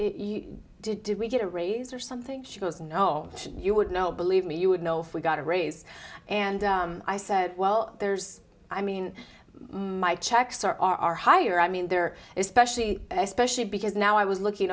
said did we get a raise or something she goes no you would know believe me you would know if we got a raise and i said well there's i mean my checks are are higher i mean there are especially especially because now i was looking